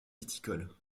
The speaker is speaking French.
viticoles